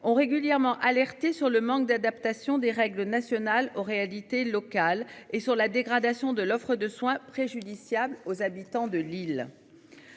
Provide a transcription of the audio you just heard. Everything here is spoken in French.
ont régulièrement alerté sur le manque d'adaptation des règles nationales aux réalités locales et sur la dégradation de l'offre de soins préjudiciable aux habitants de l'île.